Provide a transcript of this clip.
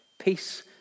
peace